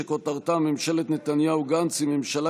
שכותרתה: ממשלת נתניהו-גנץ היא ממשלה